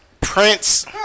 Prince